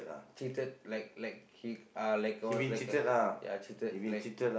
cheated like like he uh like he was like a ya cheated like